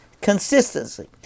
consistency